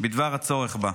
בדבר הצורך בה.